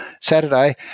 Saturday